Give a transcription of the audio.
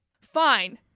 Fine